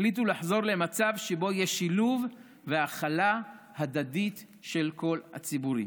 החליטו לחזור למצב שבו יש שילוב והכלה הדדית של כל הציבורים.